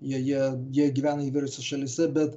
joje jie gyvena įvairiose šalyse bet